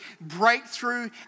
breakthrough